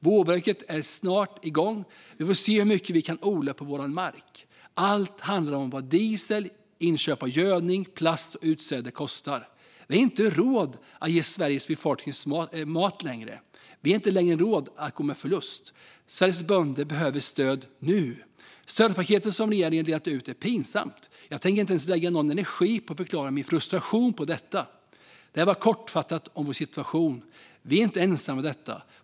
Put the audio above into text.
Vårbruket är snart igång, vi får se hur mycket vi kan odla på våran mark. Allt handlar vad diesel, inköp av gödning, plast och utsäde kostar. Vi har inte råd att ge Sveriges befolkning svensk mat längre. Vi har längre inte råd att gå med förlust. Sveriges bönder behöver stöd NU! Stödpaketet som regeringen delar ut är pinsamt. Jag tänker inte ens lägga någon energi på att förklara min frustration på det. Det här var kortfattat om vår situation. Vi är inte ensamma i detta.